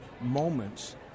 moments